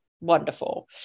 wonderful